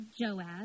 Joab